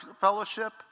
fellowship